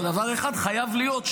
אבל דבר אחד חייב להיות,